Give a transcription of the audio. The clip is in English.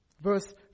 Verse